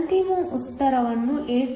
ಅಂತಿಮ ಉತ್ತರವನ್ನು 8